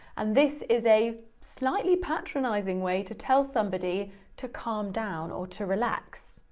and this is a slightly patronising way to tell somebody to calm down or to relax.